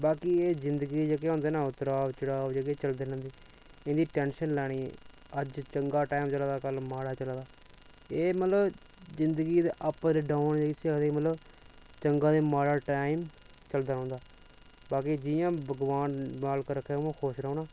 बाकी एह् जिंदगी च जेह्के होंदे न उतराव चढ़ाव जेह्के चलदे रौंह्दे इं'दी टैन्शन निं लैनी अज्ज चंगा टैम चला दा कल्ल माड़ा चला दा एह् मतलब जिंदगी अप डाउन इसी आखदे मतलब चंगा ते माड़ा टाइम चलदा रौंह्दा बाकी जि'यां भगोआन मालक रक्खै उ'आं खुश रौह्ना